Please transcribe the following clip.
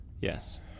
Yes